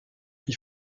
qui